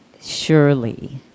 surely